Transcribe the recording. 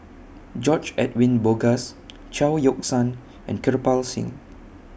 George Edwin Bogaars Chao Yoke San and Kirpal Singh